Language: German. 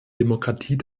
demokratie